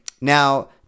now